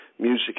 music